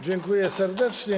Dziękuję serdecznie.